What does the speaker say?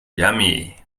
yummy